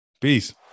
Peace